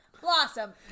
Blossom